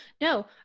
no